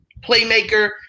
playmaker